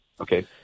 Okay